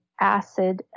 acid